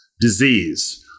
disease